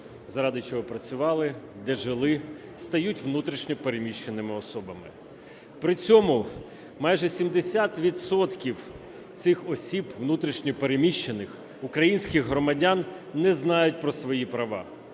заради чого працювали, де жили, стають внутрішньо переміщеними особами. При цьому майже 70 відсотків цих осіб внутрішньо переміщених українських громадян не знають про свої права.